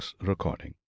recording